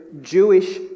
Jewish